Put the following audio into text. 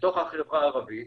לתוך החברה הערבית,